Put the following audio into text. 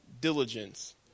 diligence